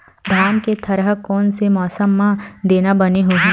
धान के थरहा कोन से मौसम म देना बने होही?